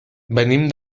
venim